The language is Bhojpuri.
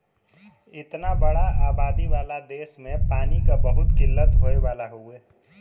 इतना बड़ा आबादी वाला देस में पानी क बहुत किल्लत होए वाला हउवे